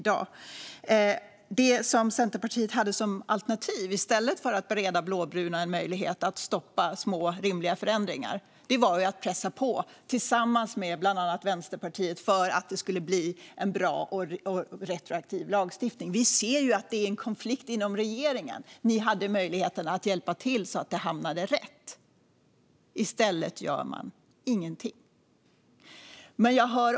Det som Centerpartiet hade som alternativ i stället för att bereda de blåbruna en möjlighet att stoppa små och rimliga förändringar var att pressa på tillsammans med bland annat Vänsterpartiet för att det skulle bli en bra retroaktiv lagstiftning. Vi ser ju att det finns en konflikt inom regeringen. Ni hade möjligheten att hjälpa till, så att detta skulle hamna rätt. I stället gör ni ingenting.